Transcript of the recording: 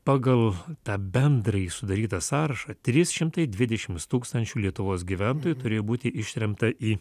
pagal tą bendrąjį sudarytą sąrašą trys šimtai dvidešims tūkstančių lietuvos gyventojų turėjo būti ištremta į